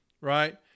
right